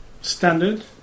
Standard